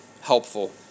helpful